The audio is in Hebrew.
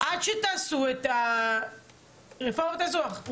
עד שתעשו את רפורמת האזרוח.